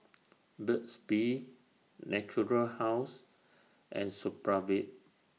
Burt's Bee Natura House and Supravit